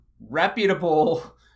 reputable